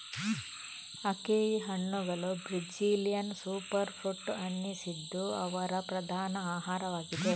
acai ಹಣ್ಣುಗಳು Brazilian super fruit ಅನಿಸಿದ್ದು ಅವರ ಪ್ರಧಾನ ಆಹಾರವಾಗಿದೆ